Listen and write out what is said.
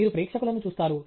మీరు ప్రేక్షకులను చూస్తారు